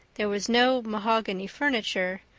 there was no mahogany furniture,